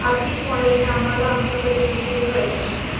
आर्थिक मॉडेलने आम्हाला आमच्या बजेटविषयी कळेल